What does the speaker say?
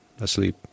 asleep